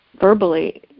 verbally